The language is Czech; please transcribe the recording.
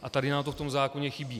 A tady nám to v tom zákoně chybí.